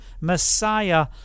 Messiah